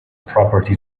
property